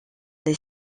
les